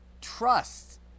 trust